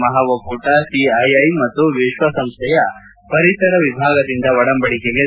ಮಹಾಒಕ್ಕೂಟ CII ಮತ್ತು ವಿಶ್ವಸಂಸ್ಥೆಯ ಪರಿಸರ ವಿಭಾಗದಿಂದ ಒಡಂಬಡಿಕೆಗೆ ಸಹಿ